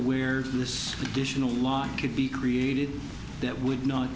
where this additional line could be created that would not